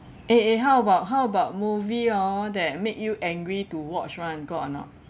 eh eh how about how about movie hor that made you angry to watch [one] got or not